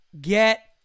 get